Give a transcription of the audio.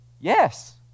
Yes